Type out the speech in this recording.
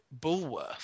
Bullworth